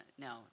No